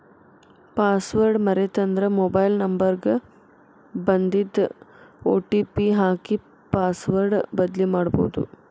password ಮರೇತಂದ್ರ mobile number ಗ ಬನ್ದಿದ್ ಒ.ಟಿ.ಪಿ ಹಾಕಿ ಪಾಸ್ವರ್ಡ್ ಬದ್ಲಿಮಾಡ್ಬೊದು